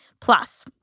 Plus